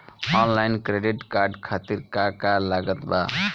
Online credit card खातिर का का लागत बा?